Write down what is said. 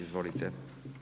Izvolite.